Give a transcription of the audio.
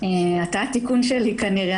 אתה התיקון שלי כנראה,